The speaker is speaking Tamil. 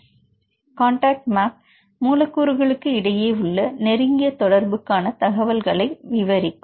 மாணவர் காண்டாக்ட் மேப் மூலக்கூறுகளுக்கு இடையே உள்ள நெருங்கிய தொடர்புக்கான தகவல்களை விவரிக்கும்